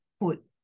put